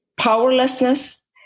powerlessness